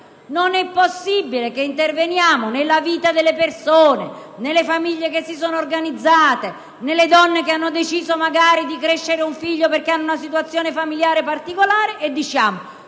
non è possibile intervenire nella vita delle persone, delle famiglie che si sono organizzate e delle donne che magari hanno deciso di crescere un figlio perché hanno una situazione familiare particolare, per dire